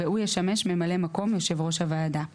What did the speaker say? והוא ישמש ממלא מקום יושב ראש הוועדה ;